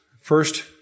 first